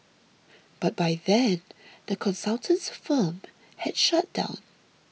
but by then the consultant's firm had shut down